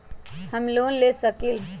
हम लोन ले सकील?